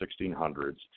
1600s